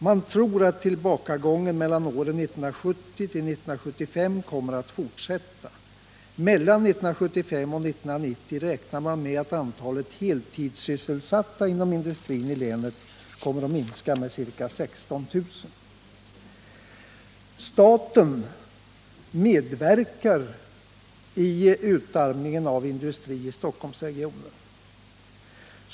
Man tror att tillbakagången åren 1970-1975 kommer att fortsätta. För tiden mellan 1975 och 1990 räknar man med att antalet heltidssysselsatta inom industrin i länet kommer att minska med ca 16 000. Staten medverkar i utarmningen av industri i Stockholmsregionen.